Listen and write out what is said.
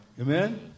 Amen